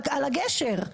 על הגשר.